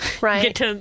Right